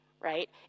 right